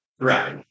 Right